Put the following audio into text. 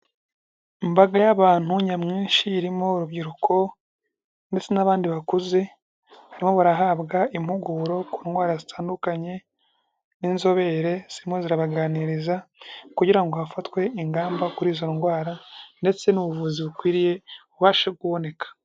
Imbaga y'abantu nyamwinshi, irimo urubyiruko ndetse n'abandi bakuze. Barimo barahabwa impuguro ku ndwara zitandukanye n'inzobere, zirimo zirabaganiriza kugira ngo hafatwe ingamba kuri izo ndwara ndetse n'ubuvuzi bukwiriye bubashe kuboneka.